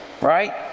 right